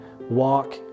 walk